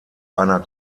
einer